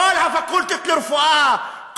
כל הפקולטות לרפואה,